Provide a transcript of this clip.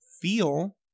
feel